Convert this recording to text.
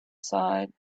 side